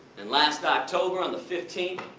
and last october on the fifteenth,